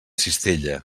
cistella